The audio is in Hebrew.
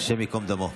השם ייקום דמו.